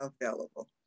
available